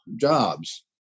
jobs